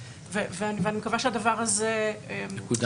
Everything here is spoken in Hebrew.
ואני מקווה שהדבר הזה יקודם.